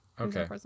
okay